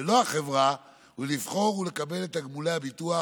ולא החברה, ולבחור ולקבל את תגמולי הביטוח